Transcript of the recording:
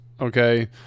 okay